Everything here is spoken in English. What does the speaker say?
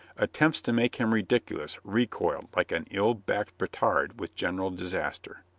attempts to make him ridiculous recoiled like an ill-backed petard with general disaster.